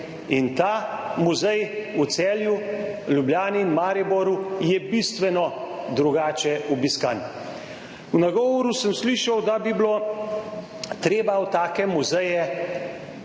In ta muzej v Celju, Ljubljani in Mariboru je bistveno drugače obiskan. V nagovoru sem slišal, da bi bilo treba v take muzeje